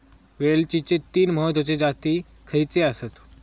वेलचीचे तीन महत्वाचे जाती खयचे आसत?